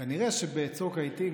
כנראה שבצוק העיתים,